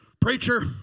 Preacher